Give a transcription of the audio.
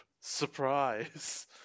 Surprise